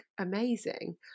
amazing